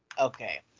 okay